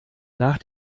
nach